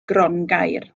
grongaer